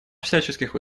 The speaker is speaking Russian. всяческих